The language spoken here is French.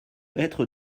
être